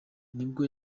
nibwo